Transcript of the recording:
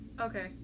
Okay